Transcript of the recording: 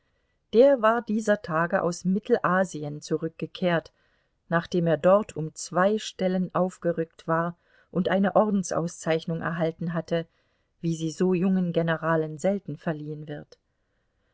der war dieser tage aus mittelasien zurückgekehrt nachdem er dort um zwei stellen aufgerückt war und eine ordensauszeichnung erhalten hatte wie sie so jungen generalen selten verliehen wird